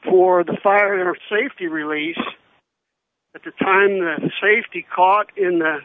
for the fire safety release at the time that the safety caught in th